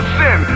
sin